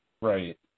Right